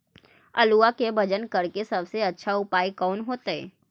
आलुआ के वजन करेके सबसे अच्छा उपाय कौन होतई?